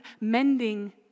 mending